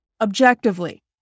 objectively